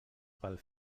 pel